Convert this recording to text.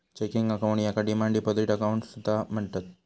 checking account याका demand deposit account असा सुद्धा म्हणतत